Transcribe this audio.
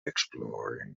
exploring